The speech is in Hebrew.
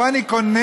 פה אני קונה,